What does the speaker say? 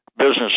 Business